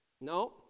No